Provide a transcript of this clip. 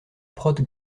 prote